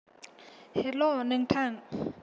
हेल' नोंथां